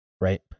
Right